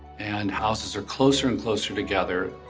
and houses are closer and closer together,